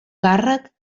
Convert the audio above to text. càrrec